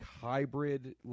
hybrid